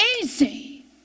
easy